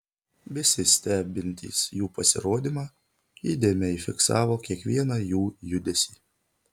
visi stebintys jų pasirodymą įdėmiai fiksavo kiekvieną jų judesį